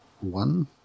One